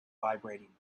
vibrating